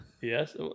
Yes